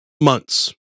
months